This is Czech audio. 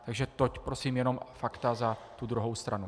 Takže toť prosím jenom fakta za tu druhou stranu.